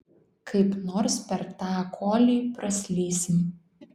kaip nors per tą kolį praslysim